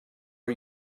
are